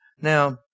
Now